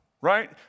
right